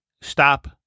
stop